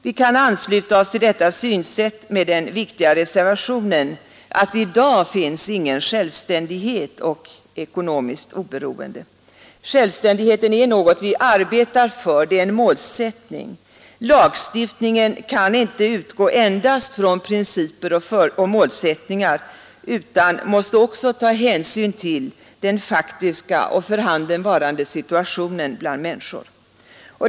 Vi kan ansluta oss till detta synsätt med den viktiga reservationen att i dag finns ingen självständighet och ekonomiskt oberoende. Självständigheten är något vi arbetar för, det är en målsättning. Lagstiftningen kan inte endast utgå från principer och målsättningar utan måste också ta hänsyn till den faktiska och för handen varande situationen bland människor.